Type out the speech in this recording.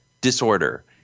disorder